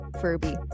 Furby